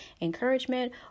encouragement